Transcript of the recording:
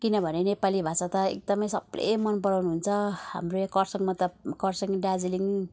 किनभने नेपाली भाषा त एकदमै सबले मन पराउनुहुन्छ हाम्रो यहाँ कर्सियङमा त कर्सियङ दार्जिलिङ